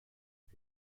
are